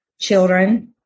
children